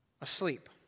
asleep